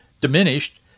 diminished